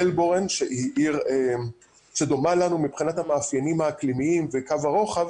מלבורן היא עיר שדומה לנו מבחינת המאפיינים האקלימיים וקו הרוחב,